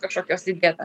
kažkokios įdėta